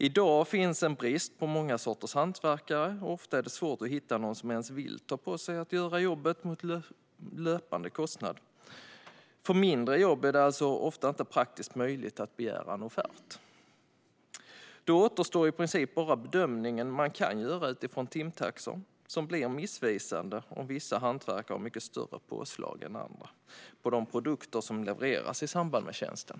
I dag finns en brist på många sorters hantverkare, och ofta är det svårt att hitta någon som ens vill ta på sig att göra jobbet mot löpande kostnad. För mindre jobb är det alltså inte alltid praktiskt möjligt att begära en offert. Då återstår i princip bara den bedömning man kan göra utifrån timtaxor, som blir missvisande om vissa hantverkare har mycket större påslag än andra på de produkter som levereras i samband med tjänsten.